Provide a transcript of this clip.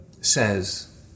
says